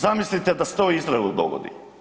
Zamislite da se to Izraelu dogodi.